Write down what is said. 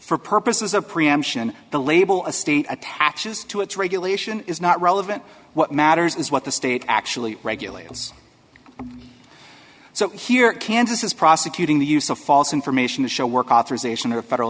for purposes of preemption the label a state attaches to its regulation is not relevant what matters is what the state actually regulates so here kansas is prosecuting the use of false information to show work authorization or federal